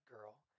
girl